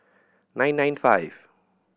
nine nine five